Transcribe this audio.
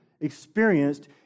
experienced